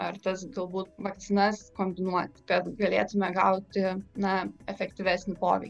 ar tas galbūt vakcinas kombinuot kad galėtume gauti na efektyvesnį poveikį